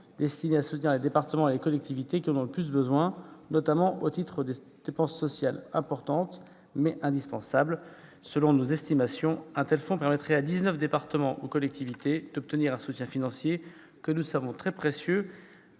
destiné à soutenir les départements et les collectivités qui en ont le plus besoin, notamment au titre de dépenses sociales importantes et indispensables. Selon nos estimations, un tel fonds permettrait à dix-neuf départements ou collectivités d'obtenir un soutien financier que nous savons très précieux